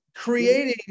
creating